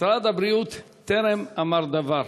משרד הבריאות טרם אמר דבר.